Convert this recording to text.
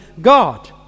God